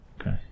Okay